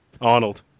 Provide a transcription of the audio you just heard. Arnold